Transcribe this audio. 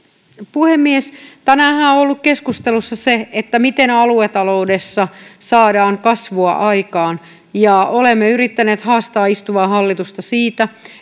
puhemies tänäänhän on ollut keskustelussa se miten aluetaloudessa saadaan kasvua aikaan olemme yrittäneet haastaa istuvaa hallitusta siitä